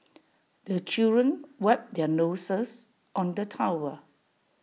the children wipe their noses on the towel